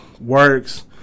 works